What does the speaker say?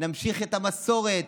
נמשיך את המסורת.